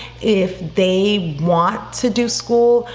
if they want to do school,